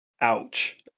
Ouch